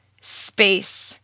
space